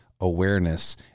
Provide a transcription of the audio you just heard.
awareness